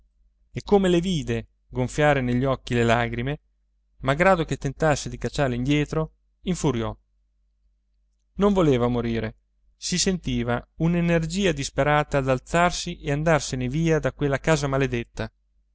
e come le vide gonfiare negli occhi le lagrime malgrado che tentasse di cacciarle indietro infuriò non voleva morire si sentiva un'energia disperata d'alzarsi e andarsene via da quella casa maledetta